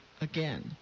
again